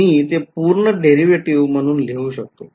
मी ते पूर्ण डेरीवेटीव्ह म्हणून लिहू शकतो